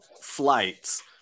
flights